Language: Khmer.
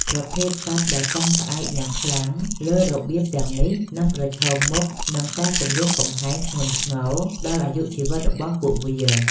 ប្រភេទសត្វដែលពឹងផ្អែកយ៉ាងខ្លាំងលើរបៀងទាំងនេះ នឹងប្រឈមមុខនឹងការគំរាមកំហែងធ្ងន់ធ្ងរដល់អាយុជីវិតរបស់ពួកវា។